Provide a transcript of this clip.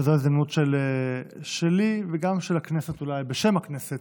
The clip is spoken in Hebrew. זו ההזדמנות שלי, בשם הכנסת,